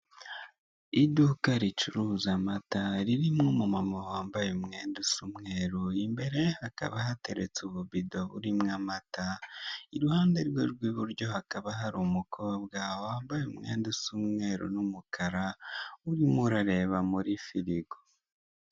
Iduka ricuruza amata ririmo umu mama wambaye umwenda n'umweru imbere hakaba hateretse ububido burimo amata, iruhande rwe rw'iburyo hakaba hari umukobwa wambaye umwenda usa umweru n'umukara urimo urareba muri firigo.